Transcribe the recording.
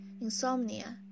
insomnia